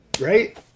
right